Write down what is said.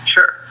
Sure